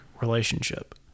relationship